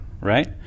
right